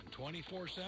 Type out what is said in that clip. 24-7